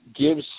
gives